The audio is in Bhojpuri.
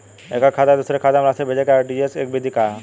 एकह खाता से दूसर खाता में राशि भेजेके आर.टी.जी.एस विधि का ह?